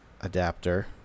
adapter